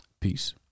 Peace